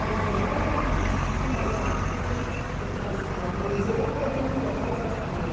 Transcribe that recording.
అవి జిల్లా యొక్క సాంస్కృతి మరియు వారసత్వాన్ని వ్యక్త పరుస్తాయి మరియు జిల్లా ప్రజలను ఒకటి చేస్తాయి